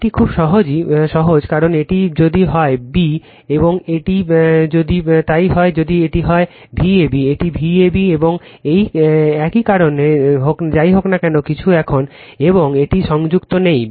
এটি খুবই সহজ কারণ এটি যদি হয় এটি b এবং এটি একটি তাই যদি এটি হয় যদি এটি হয় Vab এটি Vab এবং এটি একই কারণ না যাইহোক কিছুই এখানে এবং এটি সংযুক্ত নেই